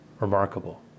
remarkable